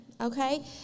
Okay